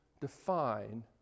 define